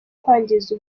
kwangiza